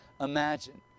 imagine